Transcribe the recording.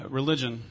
religion